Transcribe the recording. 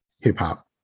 hip-hop